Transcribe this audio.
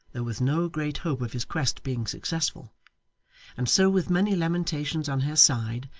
though with no great hope of his quest being successful and so with many lamentations on her side,